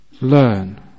learn